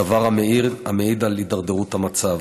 דבר המעיד על הידרדרות המצב.